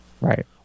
Right